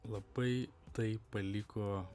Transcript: labai tai paliko